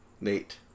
Nate